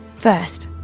first,